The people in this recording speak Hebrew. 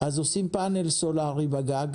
אז עושים פאנל סולארי בגג,